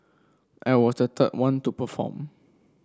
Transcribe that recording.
I was the third one to perform